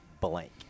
blank